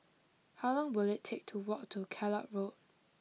how long will it take to walk to Kellock Road